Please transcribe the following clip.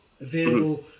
available